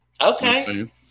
okay